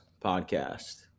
podcast